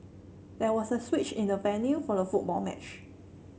there was a switch in the venue for the football match